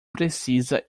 precisa